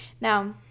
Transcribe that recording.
now